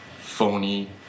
phony